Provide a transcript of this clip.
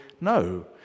No